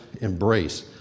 embrace